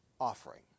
offering